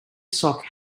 sock